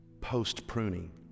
post-pruning